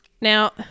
Now